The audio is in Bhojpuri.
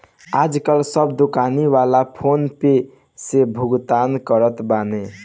आजकाल सब दोकानी वाला फ़ोन पे से भुगतान करत बाने